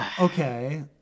okay